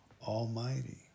Almighty